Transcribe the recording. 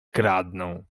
kradną